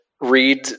read